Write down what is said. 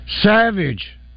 Savage